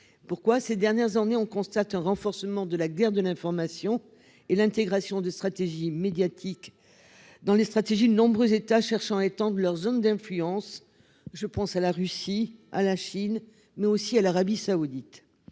Pourquoi ces dernières années, on constate un renforcement de la guerre de l'information et l'intégration de stratégie médiatique dans les stratégies de nombreux États cherchant étendent leur zone d'influence. Je pense à la Russie à la Chine mais aussi à l'Arabie Saoudite.